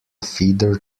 feeder